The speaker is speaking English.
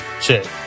Check